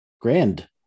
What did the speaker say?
Grand